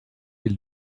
ils